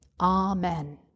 Amen